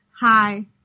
hi